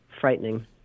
frightening